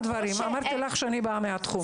אמרתי לך שאני באה מהתחום.